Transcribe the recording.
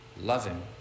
loving